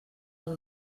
amb